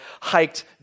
hiked